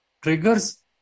triggers